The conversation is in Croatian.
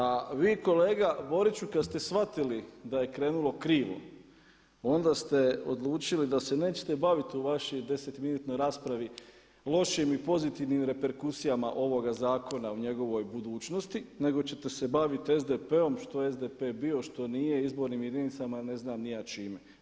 A vi kolega Boriću kad ste shvatili da je krenulo krivo onda ste odlučili da se nećete baviti u vašoj desetominutnoj raspravi lošim i pozitivnim reperkusijama ovoga zakona u njegovoj budućnosti, nego ćete se baviti SDP-om što SDP je bio, što nije, izbornim jedinicama ili ne znam ni ja čime.